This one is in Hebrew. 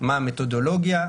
מה המתודולוגיה,